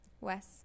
Wes